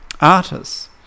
artists